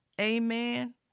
Amen